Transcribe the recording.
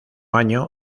año